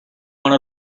want